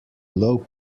low